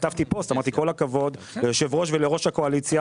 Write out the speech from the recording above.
כתבתי פוסט ואמרתי כל הכבוד ליושב ראש ולראש הקואליציה